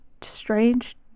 strange